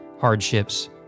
hardships